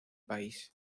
país